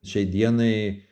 šiai dienai